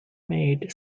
maid